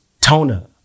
Tona